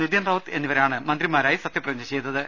നിതിൻ റൌത്ത് എന്നി വരാണ് മന്ത്രിമാരായി സത്യപ്രതിജ്ഞ ചെയ്തത്